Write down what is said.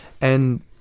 And-